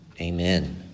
Amen